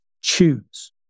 choose